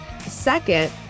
Second